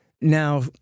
now –